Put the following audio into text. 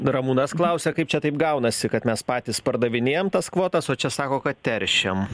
ramūnas klausia kaip čia taip gaunasi kad mes patys pardavinėjam tas kvotas o čia sako kad teršiam